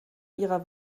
ihrer